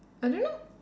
I don't know